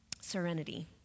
serenity